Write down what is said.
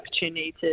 opportunity